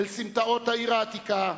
אל סמטאות העיר העתיקה,